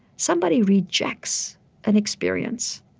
somebody rejects an experience.